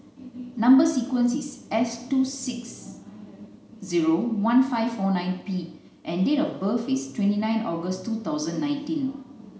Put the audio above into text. number sequence is S two six zero one five four nine P and date of birth is twenty nine August two thousand nineteen